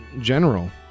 general